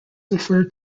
referred